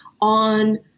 on